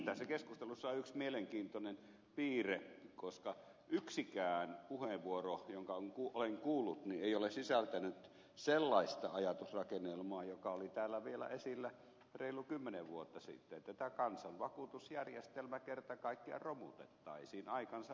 tässä keskustelussa on yksi mielenkiintoinen piirre koska yksikään puheenvuoro jonka olen kuullut ei ole sisältänyt sellaista ajatusrakennelmaa joka oli täällä vielä esillä reilu kymmenen vuotta sitten että kansanvakuutusjärjestelmä kerta kaikkiaan romutettaisiin aikansa eläneenä